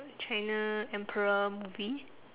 china emperor movie